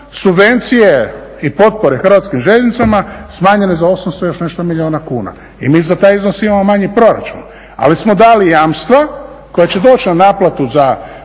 subvencije i potpore Hrvatskim željeznicama smanjene za 800 i još nešto milijuna kuna. I mi za taj iznos imamo manji proračun. Ali smo dali jamstva koja će doći na naplatu za